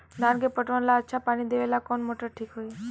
धान के पटवन ला अच्छा पानी देवे वाला कवन मोटर ठीक होई?